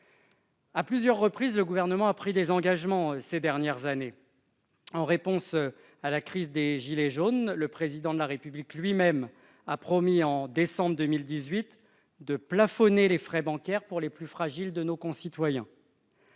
À plusieurs reprises, le Gouvernement a pris des engagements ces dernières années. En réponse à la crise des gilets jaunes, le Président de la République a lui-même promis au mois de décembre 2018 de plafonner les frais bancaires pour les plus fragiles de nos concitoyens.